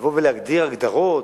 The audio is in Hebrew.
לבוא ולהגדיר הגדרות,